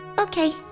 Okay